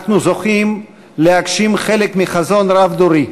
אנחנו זוכים להגשים חלק מחזון רב-דורי,